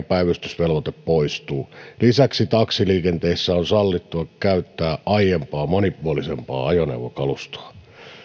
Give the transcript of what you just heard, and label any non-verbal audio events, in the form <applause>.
<unintelligible> päivystysvelvoite poistuu lisäksi taksiliikenteessä on sallittua käyttää aiempaa monipuolisempaa ajoneuvokalustoa